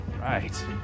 Right